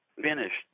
finished